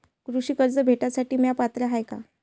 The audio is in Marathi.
कृषी कर्ज भेटासाठी म्या पात्र हाय का?